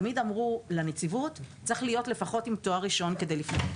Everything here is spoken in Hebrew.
תמיד אמרו: לנציבות צריך להיות לפחות עם תואר ראשון כדי לפנות.